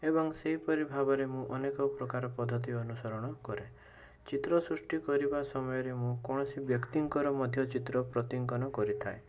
ଏବଂ ସେଇପରି ଭାବରେ ମୁଁ ଅନେକ ପ୍ରକାର ପଦ୍ଧତି ଅନୁସରଣ କରେ ଚିତ୍ର ସୃଷ୍ଟି କରିବା ସମୟରେ ମୁଁ କୌଣସି ବ୍ୟକ୍ତିଙ୍କର ମଧ୍ୟ ଚିତ୍ର ପ୍ରତିଅଙ୍କନ କରିଥାଏ